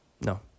No